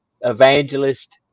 evangelist